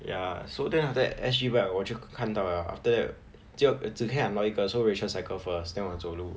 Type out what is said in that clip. ya so then after that S_G bike 我就看到 liao after that 就只可以 unlock 一个 so rachel cycle first then 我走路